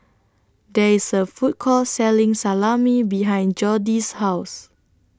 There IS A Food Court Selling Salami behind Jody's House